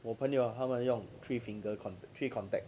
我朋友 uh 他们用 three finger con~ three contact